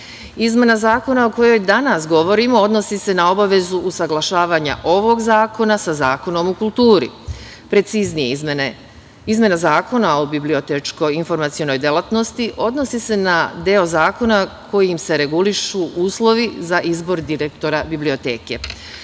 smislu. Izmena zakona o kojoj danas govorimo odnosi se na obavezu usaglašavanja ovog zakona sa Zakonom o kulturi. Preciznije, izmena Zakona o bibliotečko-informacionoj delatnosti odnosi se na deo zakona kojim se regulišu uslovi za izbor direktora biblioteke.